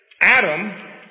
Adam